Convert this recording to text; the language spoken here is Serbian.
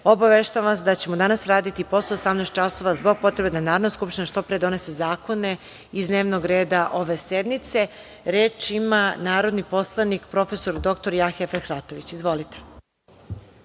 obaveštavam vas da ćemo danas raditi i posle 18.00 časova, zbog potrebe da Narodna skupština što pre donese zakone iz dnevnog reda ove sednice. Reč ima narodni poslanik prof. dr Jahja Fehratović. Izvolite.